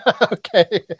Okay